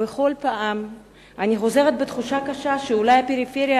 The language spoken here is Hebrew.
ובכל פעם אני חוזרת בתחושה קשה שאולי הפריפריה